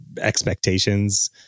expectations